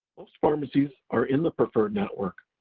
most pharmacies are in the preferred network,